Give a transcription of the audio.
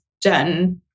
done